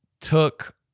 took